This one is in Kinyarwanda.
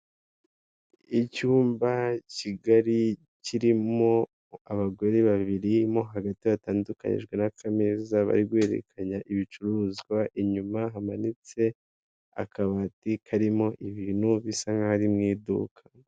Icyumba kigali kirimo abagore babiri mo hagati hatandukanijwe n'akameza bari guhererekanya ibicuruzwa, inyuma hamanitse akabati karimo ibintu bisa nk'ari mu iduka.